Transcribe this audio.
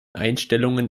einstellungen